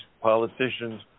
politicians